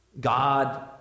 God